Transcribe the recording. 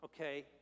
okay